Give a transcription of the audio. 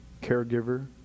caregiver